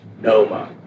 Noma